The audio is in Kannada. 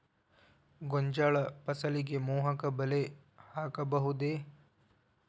ಗೋಂಜಾಳ ಫಸಲಿಗೆ ಮೋಹಕ ಬಲೆ ಹಾಕಬಹುದೇ?